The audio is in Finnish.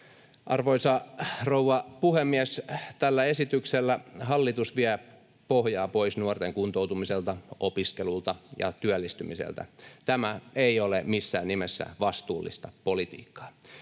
Arvoisa rouva puhemies! Tällä esityksellä hallitus vie pohjaa pois nuorten kuntoutumiselta, opiskelulta ja työllistymiseltä. Tämä ei ole missään nimessä vastuullista politiikkaa.